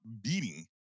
beating